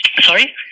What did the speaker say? Sorry